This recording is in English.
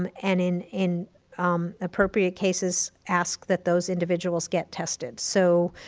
um and in in appropriate cases, ask that those individuals get tested. so